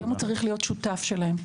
היום הוא צריך להיות שותף שלהם,